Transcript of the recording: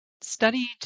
studied